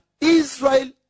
Israel